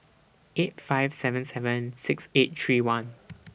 eight five seven seven six eight three one